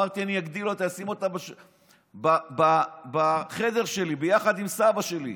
אמרתי שאני אגדיל אותה ואשים אותה בחדר שלי יחד עם סבא שלי.